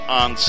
on